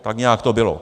Tak nějak to bylo.